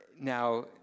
now